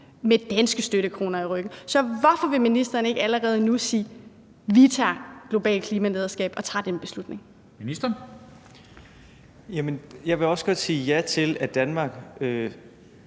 med danske støttekroner i ryggen. Så hvorfor vil ministeren ikke allerede nu sige: Vi tager globalt klimalederskab og tager den beslutning? Kl. 14:27 Formanden (Henrik Dam